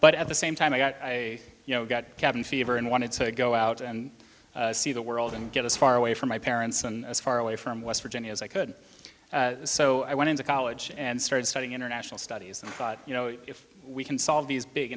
but at the same time i got a you know i got cabin fever and wanted to go out and see the world and get as far away from my parents and as far away from west virginia as i could so i went into college and started studying international studies and you know if we can solve these big